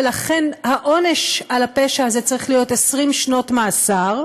ולכן העונש על הפשע הזה צריך להיות 20 שנות מאסר.